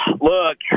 look